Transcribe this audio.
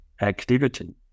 activity